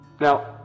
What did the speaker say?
Now